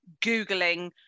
Googling